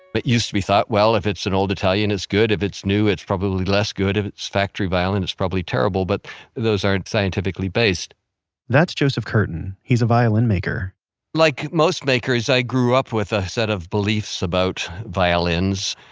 but used to be thought, well, if it's an old italian, it's good. if it's new, it's probably less good. if it's factory violin, it's probably terrible. but those aren't scientifically based that's joseph curtin. he's a violin maker like most makers, i grew up with a set of beliefs about violins.